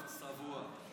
חתיכת צבוע.